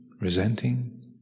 resenting